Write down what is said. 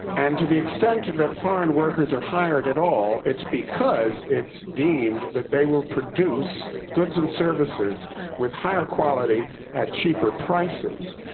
and to the extent that foreign workers are hired at all, it's because it's deemed that they will produce goods and services with higher quality at cheaper prices